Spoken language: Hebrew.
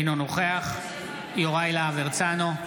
אינו נוכח יוראי להב הרצנו,